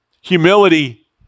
humility